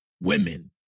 women